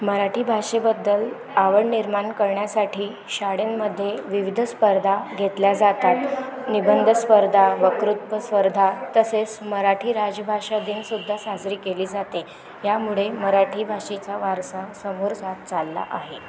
मराठी भाषेबद्दल आवड निर्माण करण्यासाठी शाळेंमध्ये विविध स्पर्धा घेतल्या जातात निबंध स्पर्धा वक्तृत्व स्पर्धा तसेच मराठी राजभाषा दिनसुद्धा साजरी केली जाते यामुळे मराठी भाषेचा वारसा समोर जात चालला आहे